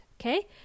Okay